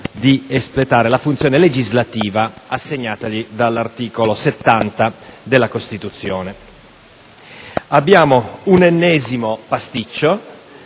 di espletare la funzione legislativa assegnatagli dall'articolo 70 della Costituzione. Si combina l'ennesimo pasticcio,